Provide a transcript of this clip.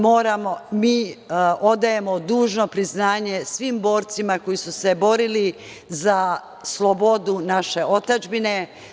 Mi odajemo dužno priznanje svim borcima koji su se borili za slobodu naše otadžbine.